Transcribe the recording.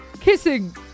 kissing